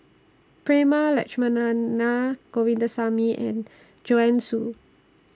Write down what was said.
Prema Letchumanan Naa Govindasamy and Joanne Soo